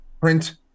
print